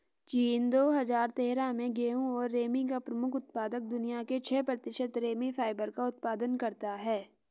चीन, दो हजार तेरह में गेहूं और रेमी का प्रमुख उत्पादक, दुनिया के छह प्रतिशत रेमी फाइबर का उत्पादन करता है